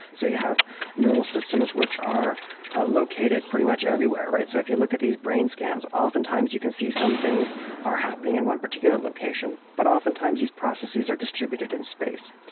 so you have neural systems which are located pretty much everywhere, right? so if you look at these brain scans oftentimes you can see some things are happening in one particular location but oftentimes these processes are distributed in space.